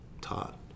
taught